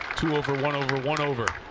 two over, one over, one over